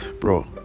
bro